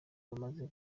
bamaze